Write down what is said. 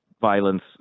violence